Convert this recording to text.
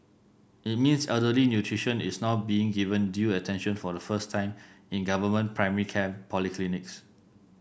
it means elderly nutrition is now being given due attention for the first time in government primary care polyclinics